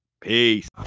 Peace